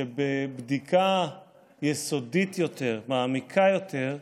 שבבדיקה יסודית יותר, מעמיקה יותר,